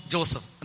Joseph